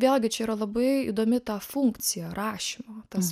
vėlgi čia yra labai įdomi ta funkcija rašymo tas